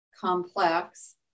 complex